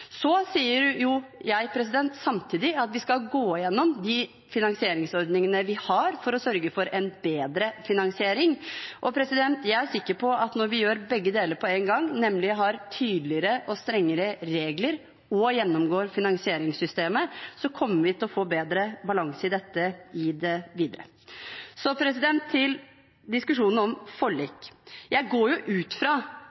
Så sier jeg samtidig at vi skal gå igjennom de finansieringsordningene vi har, for å sørge for en bedre finansiering. Jeg er sikker på at når vi gjør begge deler på én gang, nemlig har tydeligere og strengere regler og gjennomgår finansieringssystemet, kommer vi til å få bedre balanse i dette i det videre. Så til diskusjonen om